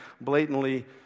blatantly